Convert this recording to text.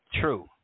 true